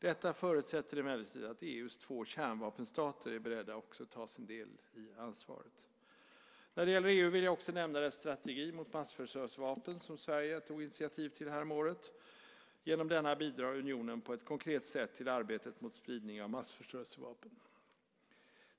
Detta förutsätter emellertid att EU:s två kärnvapenstater är beredda att ta sin del av ansvaret. När det gäller EU vill jag också nämna dess strategi mot massförstörelsevapen, som Sverige tog initiativ till häromåret. Genom denna bidrar unionen på ett konkret sätt till arbetet mot spridning av massförstörelsevapen.